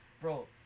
bro